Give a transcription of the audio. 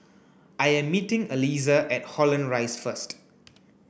I am meeting Aliza at Holland Rise first